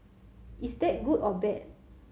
is that good or bad